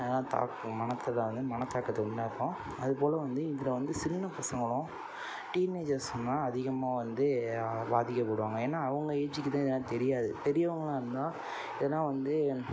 அதெல்லாம் தாக்கும் மனசில் வந்து மனத்தாக்கத்தை உண்டாக்கும் அதுபோல வந்து இதில் வந்து சின்ன பசங்களும் டீனேஜர்ஸும் தான் அதிகமாக வந்து பாதிக்கப்படுவாங்க ஏன்னா அவங்க ஏஜிக்குதான் இதெல்லாம் தெரியாது பெரியவங்களாக இருந்தால் இதெல்லாம் வந்து